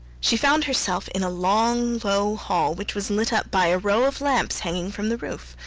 she found herself in a long, low hall, which was lit up by a row of lamps hanging from the roof.